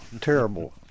terrible